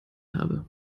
habe